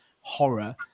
horror